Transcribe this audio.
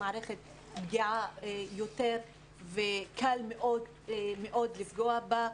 מערכת פגיעה ביותר וקל מאוד לפגוע בה,